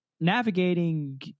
navigating